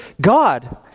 God